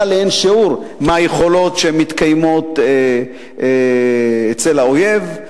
לאין שיעור מהיכולות שמתקיימות אצל האויב.